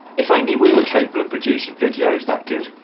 if only we were capable of producing videos that good.